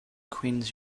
queens